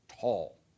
tall